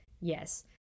yes